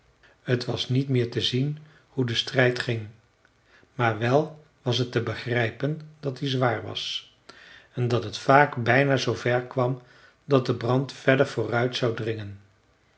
het was niet meer te zien hoe de strijd ging maar wel was het te begrijpen dat die zwaar was en dat het vaak bijna zoover kwam dat de brand verder vooruit zou dringen